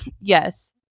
Yes